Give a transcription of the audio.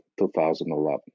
2011